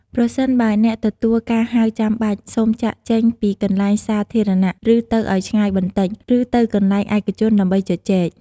ប្រសិនបើអ្នកទទួលការហៅចាំបាច់ សូមចាកចេញពីកន្លែងសាធារណៈឬទៅឲ្យឆ្ងាយបន្តិច ឬ ទៅកន្លែងឯកជន ដើម្បីជជែក។